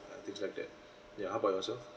and things like that yeah how about yourself